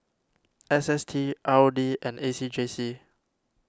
S S T R O D and A C J C